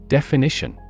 Definition